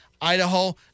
Idaho